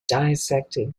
dissected